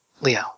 Leo